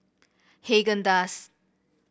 Haagen Dazs